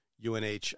UNH